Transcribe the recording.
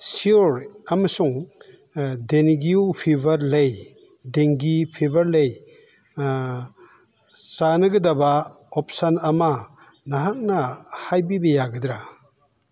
sure ꯑꯃꯁꯨꯡ ꯗꯦꯡꯒꯤ fibre ꯂꯩ ꯗꯦꯡꯒꯤ ꯐꯤꯕꯔ ꯂꯩ ꯆꯥꯟꯅꯒꯗꯕ ꯑꯣꯞꯁꯟ ꯑꯃ ꯅꯍꯥꯛꯅ ꯍꯥꯏꯕꯤꯕ ꯌꯥꯒꯗ꯭ꯔꯥ